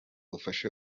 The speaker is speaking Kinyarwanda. ufashe